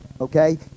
okay